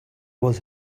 was